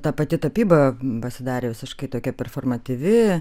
ta pati tapyba pasidarė visiškai tokia performatyvi